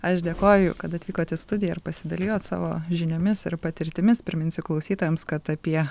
aš dėkoju kad atvykot į studiją ir pasidalijot savo žiniomis ir patirtimis priminsiu klausytojams kad apie